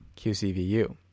QCVU